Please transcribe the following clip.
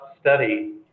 study